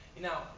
Now